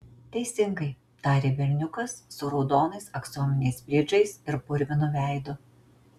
teisingai tarė berniukas su raudonais aksominiais bridžais ir purvinu veidu